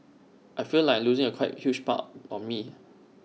I feel like losing A quite huge part of me